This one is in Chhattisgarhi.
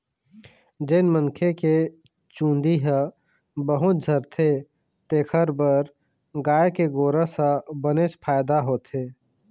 जेन मनखे के चूंदी ह बहुत झरथे तेखर बर गाय के गोरस ह बनेच फायदा होथे